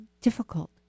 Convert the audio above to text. difficult